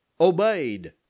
obeyed